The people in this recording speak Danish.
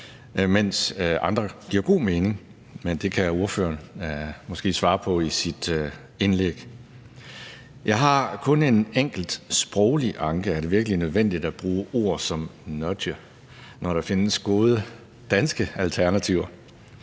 mens andre giver god mening, men det kan ordføreren måske svare på i sit indlæg. Jeg har kun en enkelt sproglig anke: Er det virkelig nødvendigt at bruge ord som »nudge«, når der findes gode danske alternativer?